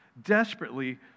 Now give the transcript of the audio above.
Desperately